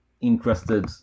interested